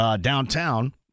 downtown